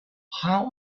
how